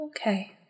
Okay